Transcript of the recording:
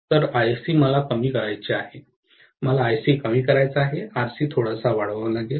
तर IC मला कमी करायचे आहे मला IC कमी करायचा आहे RC थोडासा वाढवावा लागेल